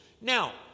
Now